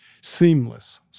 seamless